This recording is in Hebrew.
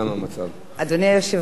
השר דניאל הרשקוביץ,